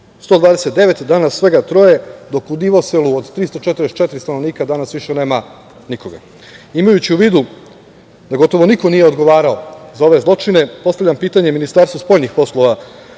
129, danas svega troje, dok u Divoselu od 344 stanovnika danas više nema nikoga. Imajući u vidu da gotovo niko nije odgovarao za ove zločine, postavljam pitanje Ministarstvu spoljnih poslova